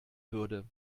würde